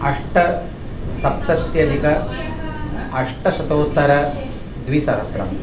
अष्टसप्तत्यधिक अष्टशतोत्तरद्विसहस्रम्